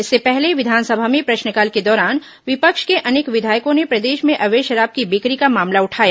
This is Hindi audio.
इससे पहले विधानसभा में प्रश्नकाल के दौरान विपक्ष के अनेक विधायकों ने प्रदेश में अवैध शराब की बिक्री का मामला उठाया